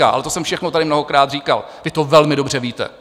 Ale to jsem všechno tady mnohokrát říkal, vy to velmi dobře víte.